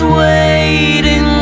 waiting